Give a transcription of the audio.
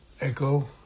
Echo